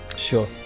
Sure